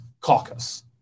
Caucus